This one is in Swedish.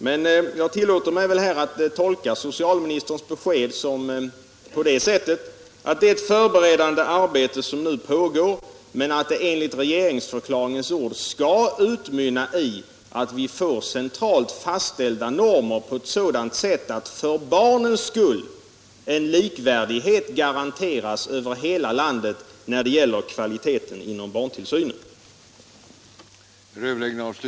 Men jag tillåter mig här att tolka socialministerns besked så att det är ett förberedande arbete som nu pågår och att det enligt regeringsförklaringens ord skall utmynna i centralt fastställda normer, utformade på ett sådant sätt att för barnens skull en likvärdighet garanteras över hela landet när det gäller kvaliteten inom barntillsynen. 9”